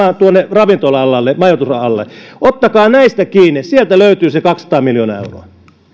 ravintola alalle majoitusalalle ottakaa näistä kiinni sieltä löytyy se kaksisataa miljoonaa euroa